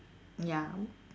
ya